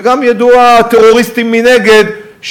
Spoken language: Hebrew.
וגם ידעו הטרוריסטיים מנגד,